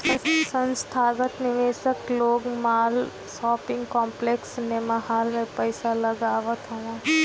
संथागत निवेशक लोग माल, शॉपिंग कॉम्प्लेक्स, सिनेमाहाल में पईसा लगावत हवन